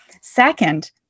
Second